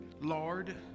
Lord